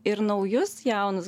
ir naujus jaunus